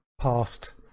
past